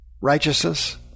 righteousness